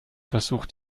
versucht